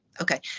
Okay